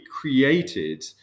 created